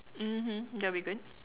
mmhmm that'll be good